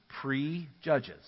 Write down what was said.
pre-judges